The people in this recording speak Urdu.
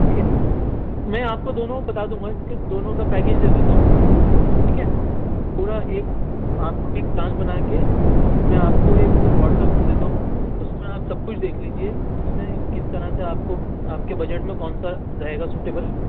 ٹھیک ہے میں آپ کو دونوں میں بتا دوں گا کہ دونوں کا پیکیج دے دیتا ہوں ٹھیک ہے پورا ایک آپ پن پلان بنا کے میں آپ کو ایک واٹسپ کر دیتا ہوں اس میں آپ سب کچھ دیکھ لیجیے اس میں کس طرح سے آپ کو آپ کے بجٹ میں کون سا رہے گا سوٹیبل